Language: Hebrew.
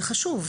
זה חשוב.